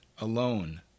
alone